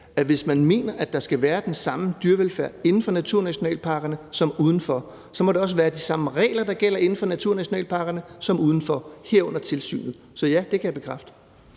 at hvis man mener, at der skal være den samme dyrevelfærd inden for naturnationalparkerne som uden for, så må det også være de samme regler, der gælder inden for naturnationalparkerne som uden for, herunder tilsynet. Så ja, det kan jeg bekræfte.